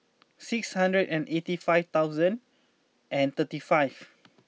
six hundred and eighty five thousand and thirty five